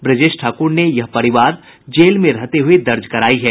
ब्रजेश ठाकुर ने यह परिवाद जेल में रहते हुये दर्ज करायी है